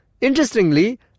interestingly